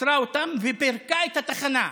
עצרה אותם ופירקה את התחנה.